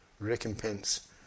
Recompense